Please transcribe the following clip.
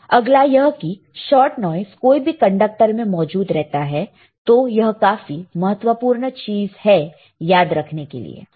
अगला यह की शॉट नॉइस कोई भी कंडक्टर में मौजूद रहता है तो यह काफी महत्वपूर्ण चीज है याद रखने के लिए